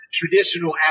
traditional